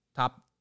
top